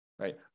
right